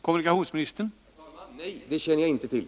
Herr talman! Nej, det känner jag inte till.